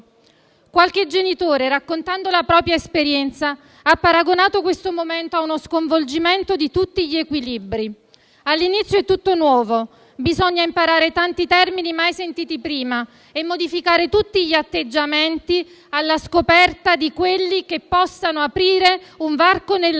Qualche genitore, raccontando della propria esperienza, ha paragonato questo momento a uno sconvolgimento di tutti gli equilibri: all'inizio è tutto nuovo, bisogna imparare tanti termini mai sentiti prima e modificare tutti gli atteggiamenti, alla scoperta di quelli che possano aprire un varco nella nebbia.